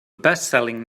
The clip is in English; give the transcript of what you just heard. bestselling